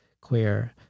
queer